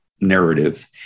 narrative